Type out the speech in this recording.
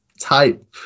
type